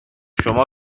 شما